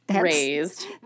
raised